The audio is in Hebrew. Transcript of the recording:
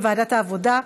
לוועדת העבודה,